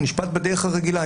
הוא נשפט בדרך הרגילה,